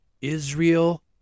Israel